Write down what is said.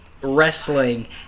wrestling